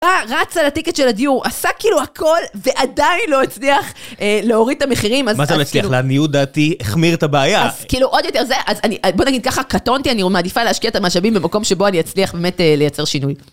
רצה לטיקט של הדיור, עשה כאילו הכל ועדיין לא הצליח להוריד את המחירים מה זה לא הצליח? לעניות דעתי, החמיר את הבעיה אז כאילו עוד יותר זה, בוא נגיד ככה קטונטי, אני מעדיפה להשקיע את המשאבים במקום שבו אני אצליח באמת לייצר שינוי